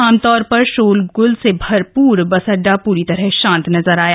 आमतौर पर शोरगुल से भरपूर बस अड्डा पूरी तरह शांत नजर आया